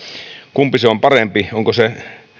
kumpi se on parempi onko se